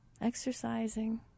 exercising